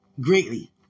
Greatly